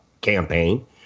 campaign